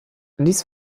dies